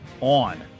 on